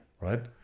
right